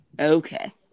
Okay